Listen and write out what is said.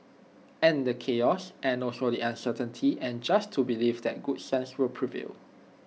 and the chaos and also the uncertainty and just to believe that good sense will prevail